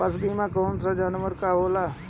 पशु बीमा कौन कौन जानवर के होला?